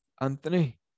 Anthony